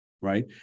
right